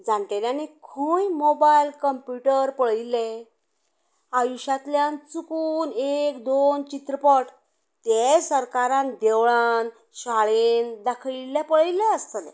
जाणटेल्यानी खूंय mobile computer पळयल्ले आयुश्यांतल्यान चुकून एक दोन चित्रपट तेय सरकारान देवळांत शाळेंत दाखयल्ले पळयल्ले आसतले